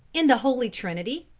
in the holy trinity?